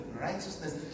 Righteousness